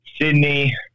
Sydney